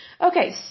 Okay